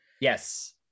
Yes